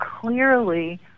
clearly